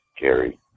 Gary